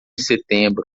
setembro